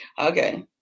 Okay